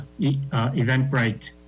Eventbrite